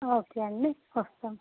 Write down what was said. okay అండి వస్తాం